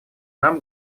нам